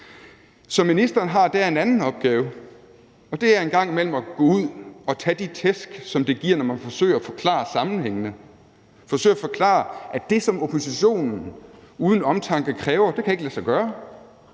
Så ministeren har der en anden opgave, og det er en gang imellem at gå ud at tage de tæsk, som det giver, når man forsøger at forklare sammenhængene, forsøger at forklare, at det, som oppositionen uden omtanke kræver, ikke kan lade sig gøre,